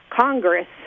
Congress